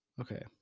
Okay